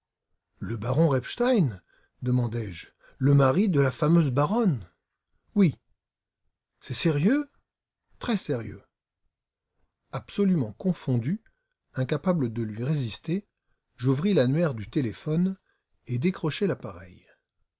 le baron repstein demandai-je le mari de la fameuse baronne oui c'est sérieux très sérieux absolument confondu incapable de lui résister j'ouvris l'annuaire du téléphone et décrochai l'appareil